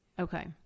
Okay